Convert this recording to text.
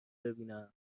ببینم